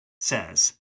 says